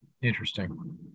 Interesting